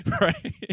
Right